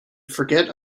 forget